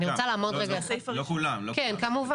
לא כולם, לא כולם.